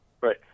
Right